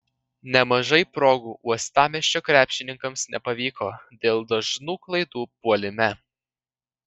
nemažai progų uostamiesčio krepšininkams nepavyko dėl dažnų klaidų puolime